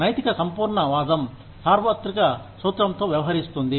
నైతిక సంపూర్ణ వాదం సార్వత్రిక సూత్రంతో వ్యవహరిస్తుంది